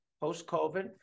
post-COVID